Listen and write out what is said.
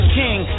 king